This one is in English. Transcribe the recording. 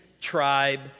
tribe